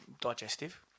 digestive